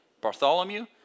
Bartholomew